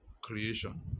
creation